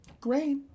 great